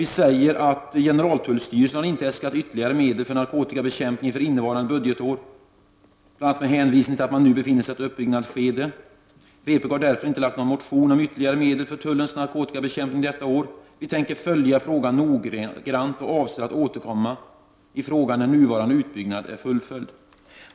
Vi säger också att generaltullstyrelsen inte har äskat ytterligare medel för narkotikabekämpning för innevarande budgetår, bl.a. med hänsyn till att man nu befinner sig i ett uppbyggnadsskede. Vi i vpk har därför inte väckt någon motion om ytterligare medel för tullens narkotikabekämpning detta år. Vi tänker följa frågan noggrant och avser att återkomma till frågan när nuvarande utbyggnad är fullföljd.